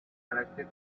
erected